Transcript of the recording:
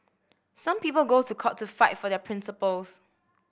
some people go to court to fight for their principles